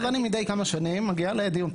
אז אני מידי כמה שנים מגיע לדיון,